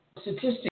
Statistics